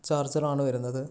charger ആണ് വരുന്നത്